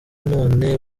none